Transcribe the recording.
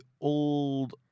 old